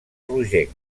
rogenc